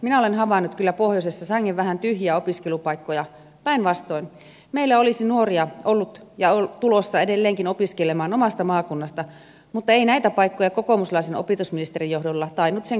minä olen havainnut kyllä pohjoisessa sangen vähän tyhjiä opiskelupaikkoja päinvastoin meillä olisi nuoria ollut ja on tulossa edelleenkin opiskelemaan omasta maakunnasta mutta ei näitä paikkoja kokoomuslaisen opetusministerin johdolla tainnut sen kummemmin irrota